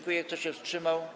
Kto się wstrzymał?